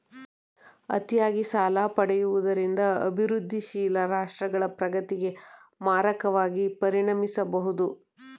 ಅತಿಯಾಗಿ ಸಾಲ ಪಡೆಯುವುದರಿಂದ ಅಭಿವೃದ್ಧಿಶೀಲ ರಾಷ್ಟ್ರಗಳ ಪ್ರಗತಿಗೆ ಮಾರಕವಾಗಿ ಪರಿಣಮಿಸಬಹುದು